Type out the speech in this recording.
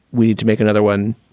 we to make another one.